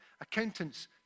Accountants